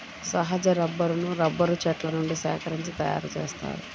సహజ రబ్బరును రబ్బరు చెట్ల నుండి సేకరించి తయారుచేస్తారు